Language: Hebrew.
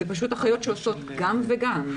אלה פשוט אחיות שעושות גם וגם,